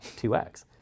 2x